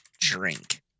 drink